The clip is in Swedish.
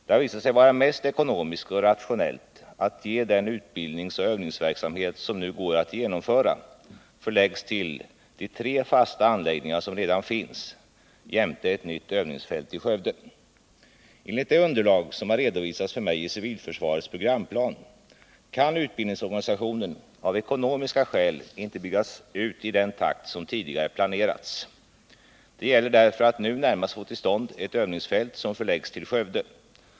Det har visat sig vara mest ekonomiskt och rationellt att den utbildningsoch övningsverksamhet som nu går att genomföra förläggs till de tre fasta anläggningar som redan finns jämte ett nytt övningsfält i Skövde. Enligt dev underlag som har redovisats för mig i civilförsvarets programplan kan utbildningsorganisationen av ekonomiska skäl inte byggas ut i den takt som tidigare planerats. Det gäller därför att nu närmast få till stånd ett övningsfält som förläggs till Skövde.